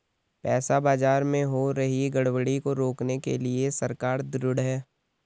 पैसा बाजार में हो रही गड़बड़ी को रोकने के लिए सरकार ढृढ़ है